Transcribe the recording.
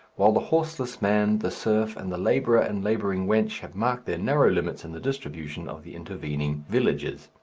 while the horseless man, the serf, and the labourer and labouring wench have marked their narrow limits in the distribution of the intervening villages.